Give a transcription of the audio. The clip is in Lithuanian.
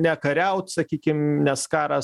nekariaut sakykim nes karas